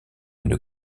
une